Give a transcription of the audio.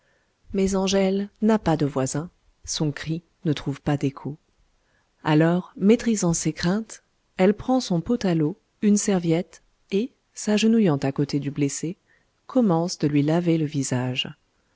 mais angèle n'a pas de voisin son cri ne trouve pas d'écho alors maîtrisant ses craintes elle prend son pot à leau une serviette et s'agenouillant à côté du blessé commence de lui laver le visage